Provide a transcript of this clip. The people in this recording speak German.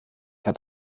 hat